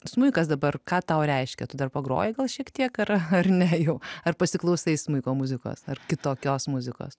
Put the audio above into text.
smuikas dabar ką tau reiškia tu dar pagroji gal šiek tiek ar ar ne jau ar pasiklausai smuiko muzikos ar kitokios muzikos